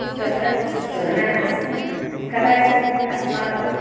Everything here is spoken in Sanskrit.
तत्र तुलना नास्ति कदाचित् अस्माकं